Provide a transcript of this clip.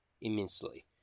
immensely